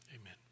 Amen